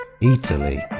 Italy